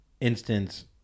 instance